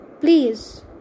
please